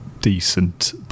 decent